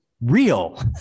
real